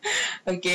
okay